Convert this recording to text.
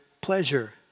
pleasure